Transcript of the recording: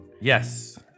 Yes